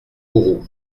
kourou